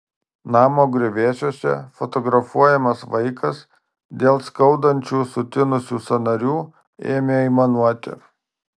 namo griuvėsiuose fotografuojamas vaikas dėl skaudančių sutinusių sąnarių ėmė aimanuoti